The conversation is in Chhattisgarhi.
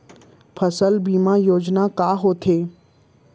फसल बीमा योजना का होथे?